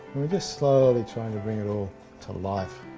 just slowly trying to bring it all to life.